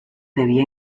debía